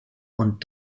und